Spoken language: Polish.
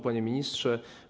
Panie Ministrze!